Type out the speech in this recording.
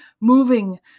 moving